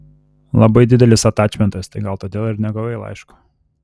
labai didelis atačmentas tai gal todėl ir negavai laiško